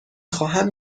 خواهم